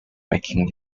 making